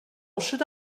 should